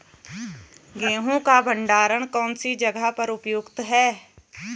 गेहूँ का भंडारण कौन सी जगह पर उपयुक्त है?